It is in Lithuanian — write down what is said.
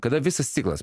kada visas ciklas